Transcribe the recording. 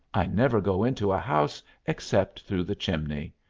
i never go into a house except through the chimney.